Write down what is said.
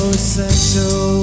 essential